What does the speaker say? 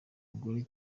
umugore